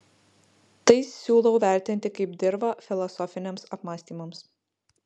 tai siūlau vertinti kaip dirvą filosofiniams apmąstymams